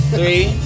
Three